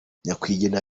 nyakwigendera